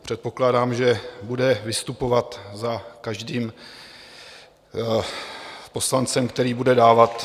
Předpokládám, že bude vystupovat za každým poslancem, který bude dávat...